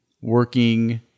working